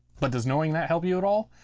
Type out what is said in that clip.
but does knowing that help you at all?